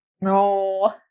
No